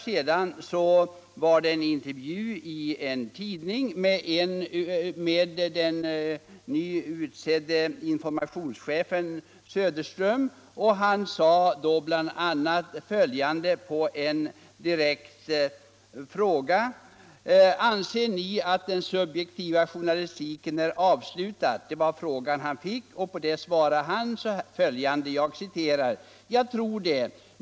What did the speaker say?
15 januari 1976 Och för några dagar sedan intervjuades i Svenska Dagbladet den ny — LL utsedde informationschefen Söderström. Han fick då följande direkta frå Om utvärdering av ga: försök med sex ”Anser ni att den subjektiva journalistiken är ett avslutat kapitel?” timmars arbetsdag På det svarar han: ”-Ja, jag tror det.